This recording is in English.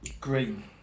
green